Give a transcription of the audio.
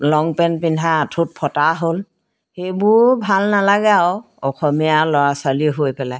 লং pant পিন্ধা আঁঠুত ফটা হ'ল সেইবোৰো ভাল নালাগে আৰু অসমীয়া ল'ৰা ছোৱালী হৈ পেলাই